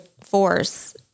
force